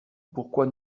pourquoi